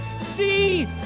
see